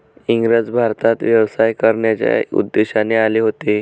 इंग्रज भारतात व्यवसाय करण्याच्या उद्देशाने आले होते